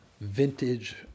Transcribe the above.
vintage